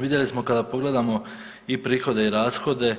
Vidjeli smo kada pogledamo i prihode i rashode